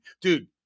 Dude